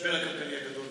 המשבר הכלכלי הגדול,